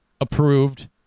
approved